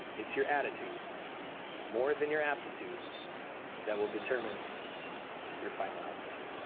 it's your attitude more than your aptitude that will determine your final altitude.